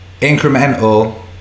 incremental